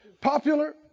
popular